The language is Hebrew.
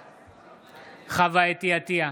בעד חוה אתי עטייה,